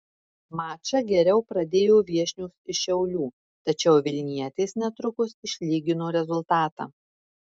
mačą geriau pradėjo viešnios iš šiaulių tačiau vilnietės netrukus išlygino rezultatą